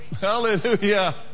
hallelujah